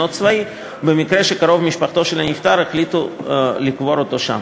צבאי במקרה שקרובי משפחתו של הנפטר החליטו לקבור אותו שם.